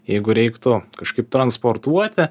jeigu reiktų kažkaip transportuoti